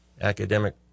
academic